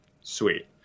Sweet